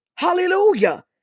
Hallelujah